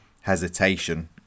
hesitation